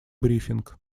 брифинг